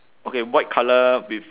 okay white colour with